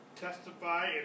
testify